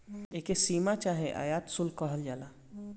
एके सीमा चाहे आयात शुल्क कहल जाला